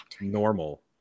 normal